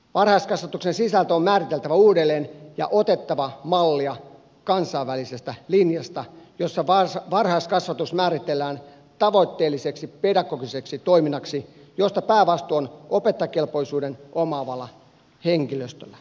varhaiskasvatuksen sisältö on määriteltävä uudelleen ja otettava mallia kansainvälisestä linjasta jossa varhaiskasvatus määritellään tavoitteelliseksi pedagogiseksi toiminnaksi josta päävastuu on opettajakelpoisuuden omaavalla henkilöstöllä